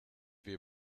wir